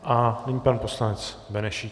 A nyní pan poslanec Benešík.